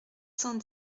cent